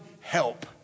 help